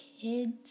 kids